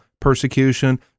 persecution